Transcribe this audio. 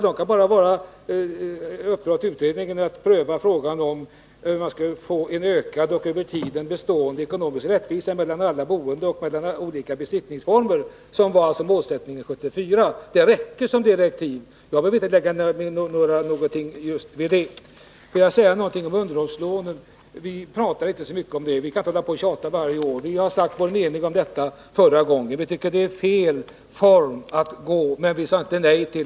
Det kan gälla bara ett uppdrag till utredningen att pröva frågan om hur man skall kunna få en ökad och bestående rättvisa mellan alla boende och mellan olika besittningsformer, vilket ju var målsättningen 1974. Det räcker som direktiv. Sedan några ord om underhållslånen. Vi talar inte så mycket om det. Det går inte att hålla på att tjata varje år. Vi har sagt vår mening om detta förra gången. Enligt vår åsikt är det en felaktig väg, men vi sade inte nej.